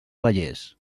vallès